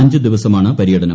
അഞ്ച് ദിവസമാണ് പര്യടനം